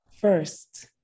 First